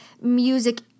music